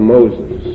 Moses